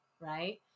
right